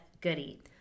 goodie